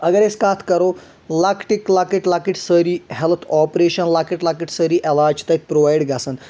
اگر أسۍ کتھ کرو لۄکٹِک لۄکٔٹۍ لۄکٔٹۍ سأری ہیلتھ آپریشن لۄکٔٹۍ لۄکٔٹۍ سأری علاج چھ تَتہِ پرووایِڈ گژھان